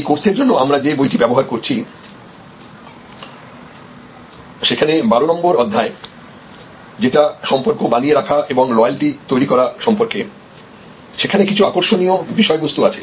এই কোর্সের জন্য আমরা যে বইটা ব্যবহার করছি সেখানে 12 নম্বর অধ্যায় যেটা সম্পর্ক বানিয়ে রাখা এবং লয়ালটি তৈরি করা সম্পর্কে সেখানে কিছু আকর্ষণীয় বিষয়বস্তু আছে